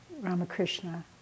Ramakrishna